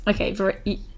Okay